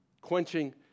quenching